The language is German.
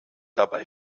dabei